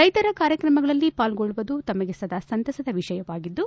ರೈತರ ಕಾರ್ಯಕ್ರಮಗಳಲ್ಲಿ ಪಾಲ್ಗೊಳ್ಳುವುದು ತಮಗೆ ಸದಾ ಸಂತಸದ ವಿಷಯವಾಗಿದ್ದು